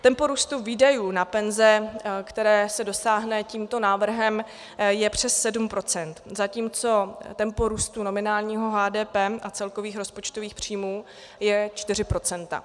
Tempo růstu výdajů na penze, které se dosáhne tímto návrhem, je přes 7 %, zatímco tempo růstu nominálního HDP a celkových rozpočtových příjmů je 4 %.